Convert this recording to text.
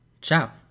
Ciao